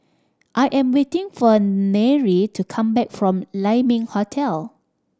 I am waiting for Nery to come back from Lai Ming Hotel